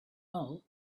all